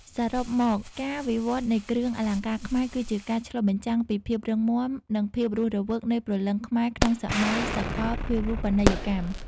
សរុបមក ការវិវត្តនៃគ្រឿងអលង្ការខ្មែរ គឺជាការឆ្លុះបញ្ចាំងពីភាពរឹងមាំ និងភាពរស់រវើកនៃព្រលឹងខ្មែរក្នុងសម័យសកលភាវូបនីយកម្ម។